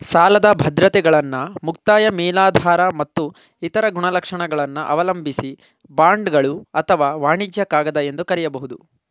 ಸಾಲದ ಬದ್ರತೆಗಳನ್ನ ಮುಕ್ತಾಯ ಮೇಲಾಧಾರ ಮತ್ತು ಇತರ ಗುಣಲಕ್ಷಣಗಳನ್ನ ಅವಲಂಬಿಸಿ ಬಾಂಡ್ಗಳು ಅಥವಾ ವಾಣಿಜ್ಯ ಕಾಗದ ಎಂದು ಕರೆಯಬಹುದು